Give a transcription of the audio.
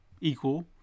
equal